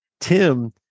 Tim